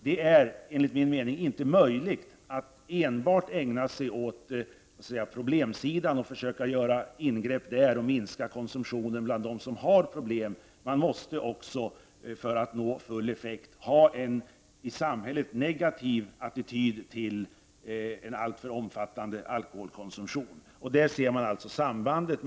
Det är enligt min mening inte möjligt att enbart ägna sig åt problemen och försöka minska konsumtionen hos dem som har problem. För att nå full effekt måste man också ha en negativ attityd i samhället till en alltför omfattande alkoholkonsumtion. Här ser man sambandet.